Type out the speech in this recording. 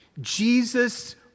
Jesus